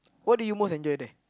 what do you most enjoy there